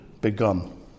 begun